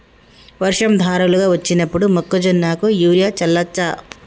వర్షం ధారలుగా వచ్చినప్పుడు మొక్కజొన్న కు యూరియా చల్లచ్చా?